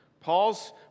Paul's